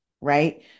right